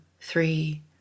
three